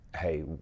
hey